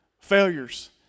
failures